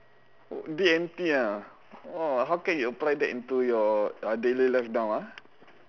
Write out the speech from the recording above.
D and T ah !wah! how can you apply that into your daily life now ah